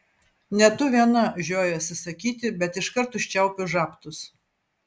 ne tu viena žiojuosi sakyti bet iškart užčiaupiu žabtus